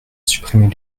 supprimer